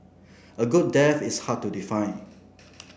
a good death is hard to define